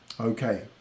Okay